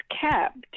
kept